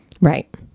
Right